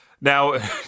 now